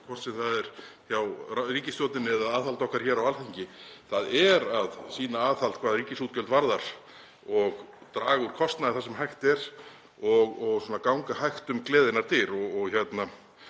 hvort sem það er hjá ríkisstjórninni eða í aðhaldi okkar hér á Alþingi, þ.e. að sýna aðhald hvað ríkisútgjöld varðar og draga úr kostnaði þar sem hægt er og ganga hægt um gleðinnar dyr. Ég kýs